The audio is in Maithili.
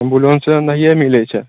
अम्बुलेन्सो नहिये मिलै छै